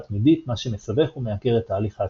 תמידית מה שמסבך ומייקר את תהליך ההצפנה.